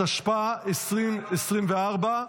התשפ"ה 2024,